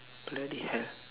bloody hell